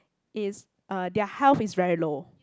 is uh their health is very low